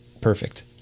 perfect